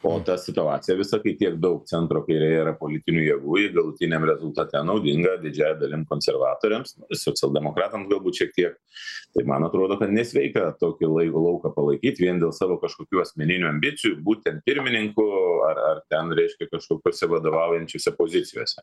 o ta situacija visa kai tiek daug centro kairėje yra politinių jėgų ji galutiniam rezultate naudinga didžiąja dalim konservatoriams ir socialdemokratam galbūt šiek tiek tai man atrodo kad nesveika tokį lai lauką palaikyt vien dėl savo kažkokių asmeninių ambicijų būt ten pirmininku ar ar ten reiškia kažkokiose vadovaujančiose pozicijose